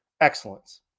excellence